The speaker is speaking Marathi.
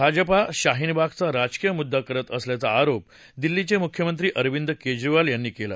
भाजपा शाहीन बागचा राजकीय मुद्रा करत असल्याचा आरोप दिल्लीचे मुख्यमंत्री अरविंद केजरीवाल यांनी केला